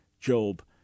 Job